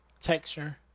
texture